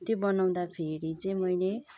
त्यो बनाउँदाखेरि चाहिँ मैले